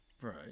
Right